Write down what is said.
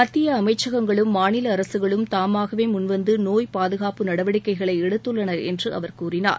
மத்திய அமைச்சகங்களும் மாநில அரசுகளும் தாமாகவே முன்வந்து நோய் பாதுகாப்பு நடவடிக்கைகளை எடுத்துள்ளன என்று அவர் கூறினார்